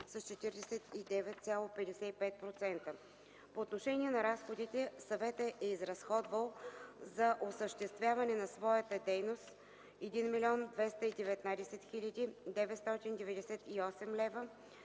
с 49,55%. По отношение на разходите Съветът е изразходвал за осъществяването на своята дейност 1 219 998 лв.,